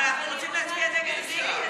אבל אנחנו רוצים להצביע נגד הסעיף.